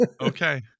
okay